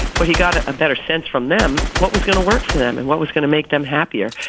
but he got a better sense from them what was going to work for them and what was going to make them happier.